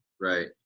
Right